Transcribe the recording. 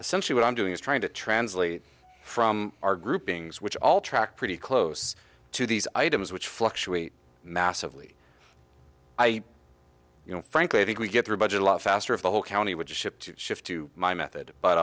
essentially what i'm doing is trying to translate from our groupings which all tracked pretty close to these items which fluctuate massively i you know frankly i think we get through budget a lot faster if the whole county would ship shift to my method but